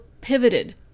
pivoted